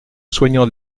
soignant